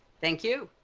thank you.